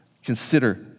consider